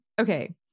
Okay